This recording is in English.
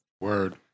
Word